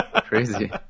Crazy